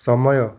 ସମୟ